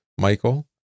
Michael